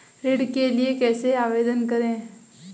ऋण के लिए कैसे आवेदन करें?